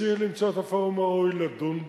וצריך למצוא את הפורום הראוי לדון בו.